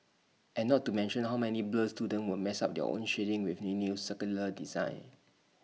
and not to mention how many blur students will mess up their own shading with he new circular design